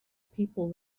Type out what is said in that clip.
people